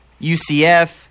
ucf